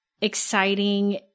exciting